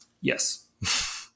Yes